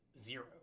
zero